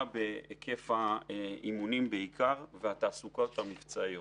בהיקף האימונים בעיקר ובתעסוקה המבצעית.